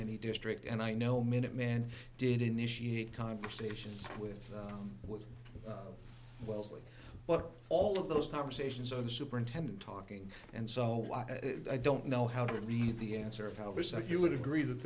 any district and i know minuteman did initiate conversations with with wellesley but all of those conversations are the superintendent talking and so i don't know how to read the answer of how it was so you would agree that